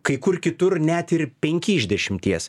kai kur kitur net ir penki iš dešimties